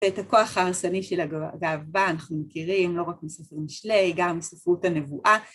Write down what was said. את הכוח ההרסני של הגאווה, אנחנו מכירים, לא רק מספר משלי, גם מספרות הנבואה.